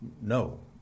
no